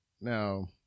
now